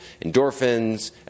endorphins